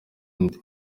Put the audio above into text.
undi